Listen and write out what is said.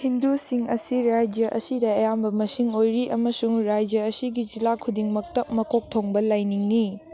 ꯍꯤꯟꯗꯨꯁꯤꯡ ꯑꯁꯤ ꯔꯥꯖ꯭ꯌ ꯑꯁꯤꯗ ꯑꯌꯥꯝꯕ ꯃꯁꯤꯡ ꯑꯣꯏꯔꯤ ꯑꯃꯁꯨꯡ ꯔꯥꯖ꯭ꯌ ꯑꯁꯤꯒꯤ ꯖꯤꯂꯥ ꯈꯨꯗꯤꯡꯃꯛꯇ ꯃꯀꯣꯛ ꯊꯣꯡꯕ ꯂꯥꯏꯅꯤꯡꯅꯤ